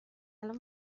الان